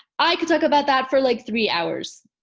i could talk about that for like three hours.